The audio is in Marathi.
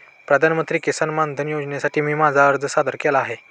प्रधानमंत्री किसान मानधन योजनेसाठी मी माझा अर्ज सादर केला आहे